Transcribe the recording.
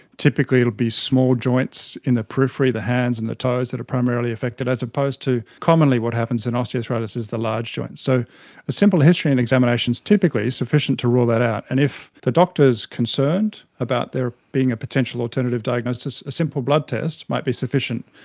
typically it will be small joints in the periphery, the hands and the toes that are primarily affected, as opposed to commonly what happens in osteoarthritis is the large joints. so a simple history and an examination is typically sufficient to rule that out. and if the doctor is concerned about there being a potential alternative diagnosis, a simple blood test might be sufficient.